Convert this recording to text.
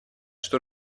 что